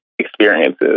experiences